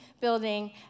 building